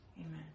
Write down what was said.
Amen